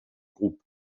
groupe